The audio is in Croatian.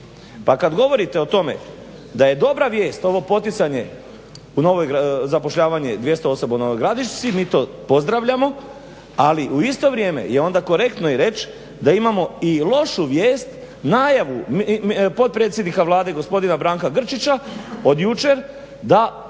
Pa kad govorite o tome da je dobra vijest ovo poticanje, zapošljavanje 208 osoba u Novoj Gradišci, mi to pozdravljamo, ali u isto vrijeme i onda je korektno reć da imamo i lošu vijest, najavu potpredsjednika Vlade gospodina Branka Grčića od jučer da